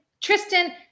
tristan